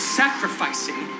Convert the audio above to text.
sacrificing